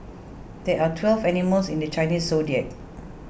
there are twelve animals in the Chinese zodiac